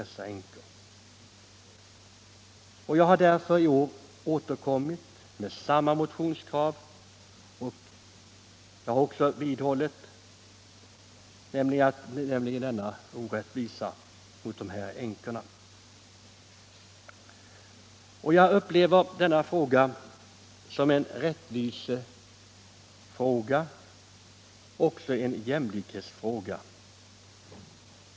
Jag har därför i år återkommit med motionskravet. Jag vidhåller att den nuvarande ordningen innebär en orättvisa mot de s.k. övergångsänkorna. Jag upplever detta inte bara som en rättviseoch jämlikhetsfråga.